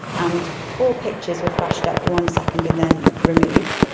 and four pictures were flashed up for one second and then removed,